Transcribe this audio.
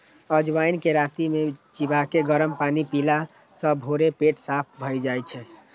अजवाइन कें राति मे चिबाके गरम पानि पीला सं भोरे पेट साफ भए जाइ छै